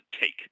take